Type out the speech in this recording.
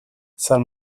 san